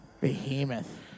Behemoth